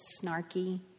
snarky